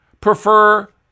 prefer